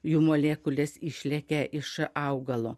jų molekulės išlekia iš augalo